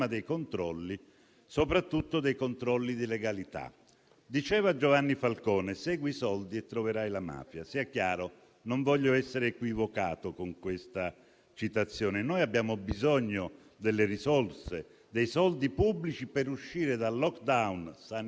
quello delle verifiche antimafia e dei protocolli di legalità. La scommessa è stata la seguente: è possibile accelerare i tempi di affidamento dei lavori, senza correre il rischio che le imprese mafiose partecipino all'aggiudicazione degli appalti?